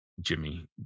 jimmy